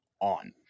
on